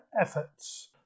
efforts